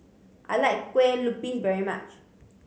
I like kue lupis very much